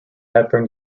hepburn